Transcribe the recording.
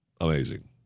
amazing